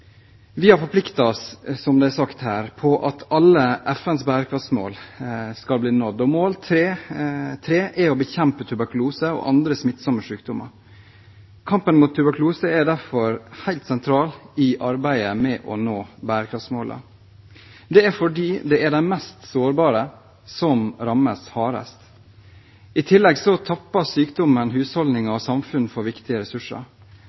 Vi har forpliktet oss til, som det ble sagt her, at alle FNs bærekraftsmål skal bli nådd. Delmål 3.3 er å bekjempe tuberkulose og andre smittsomme sykdommer. Kampen mot tuberkulose er derfor helt sentral i arbeidet med å nå bærekraftsmålene. Det er fordi det er de mest sårbare som rammes hardest. I tillegg tapper sykdommen husholdninger og samfunn for viktige ressurser.